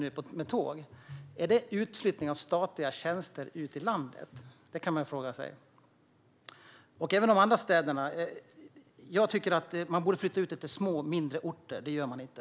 Man kan fråga sig om detta verkligen är en utflyttning av statliga tjänster ut i landet. Samma fråga kan ställas även vad gäller de andra städerna. Jag tycker att man borde flytta ut dessa tjänster till små eller mindre orter, men det gör man inte.